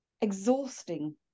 exhausting